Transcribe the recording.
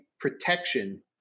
protection